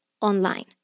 online